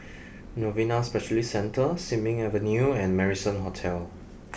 Novena Specialist Centre Sin Ming Avenue and Marrison Hotel